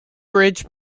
ridge